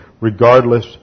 regardless